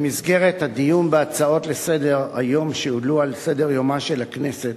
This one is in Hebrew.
במסגרת הדיון בהצעות לסדר-היום שהועלו על סדר-יומה של הכנסת